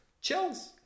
Chills